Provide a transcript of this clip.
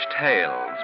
tales